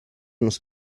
nos